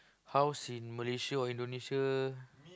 house in Malaysia or Indonesia